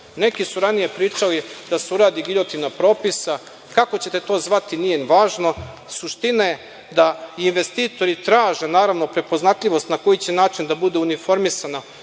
Neki su ranije pričali da se uradi giljotina propisa. Kako ćete to zvati nije ni važno, suština je da investitori traže naravno prepoznatljivost na koji će način da budu uniformisani